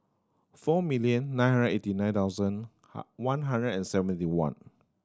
four million nine hundred eighty nine thousand one hundred and seventy one